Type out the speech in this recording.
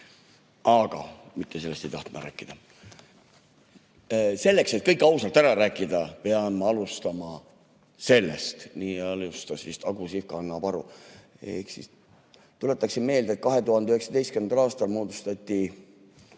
Aga mitte sellest ei tahtnud ma rääkida."Selleks, et kõik ausalt ära rääkida, pean ma alustama sellest ..."– nii algas vist "Agu Sihvka annab aru". Ehk siis tuletaksin meelde, et 2019. aastal moodustati